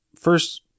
First